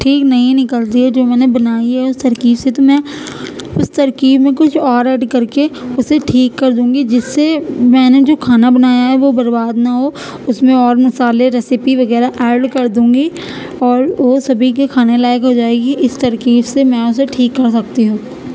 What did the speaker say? ٹھیک نہیں نکلتی ہے جو میں نے بنائی ہے اس ترکیب سے تو میں اس ترکیب میں کچھ اور ایڈ کر کے اسے ٹھیک کر دوں گی جس سے میں نے جو کھانا بنایا ہے وہ برباد نہ ہو اس میں اور مسالے رسیپی وغیرہ ایڈ کر دوں گی اور وہ سبھی کے کھانے لائق ہو جائے گی اس ترکیب سے میں اسے ٹھیک کر سکتی ہوں